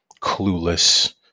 clueless